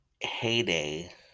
Heyday